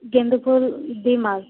ଗେଣ୍ଡୁ ଫୁଲ୍ ଦୁଇ ମାଲ୍